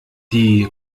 die